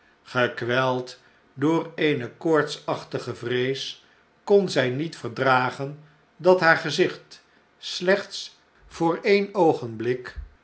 gekweld door eene koortsachtige vrees kon zjj niet verdragen dat haar gezicht slechts voor een oogenblik